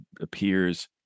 appears